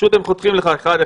פשוט הם חותכים לך אחד אחד,